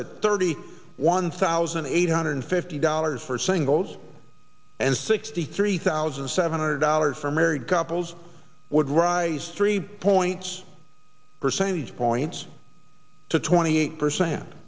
at thirty one thousand eight hundred fifty dollars for singles and sixty three thousand seven hundred dollars for married couples would rise three points percentage points to twenty eight percent